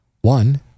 One